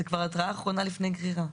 זה כבר התראה אחרונה לפני גרירה.